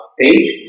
page